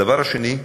הדבר השני,